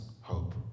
hope